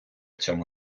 цьому